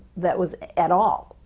that was at all,